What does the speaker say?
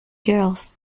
girls